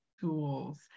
tools